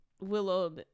Willow